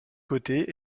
côtés